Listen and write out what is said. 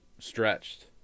stretched